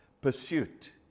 pursuit